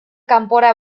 kanpora